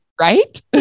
Right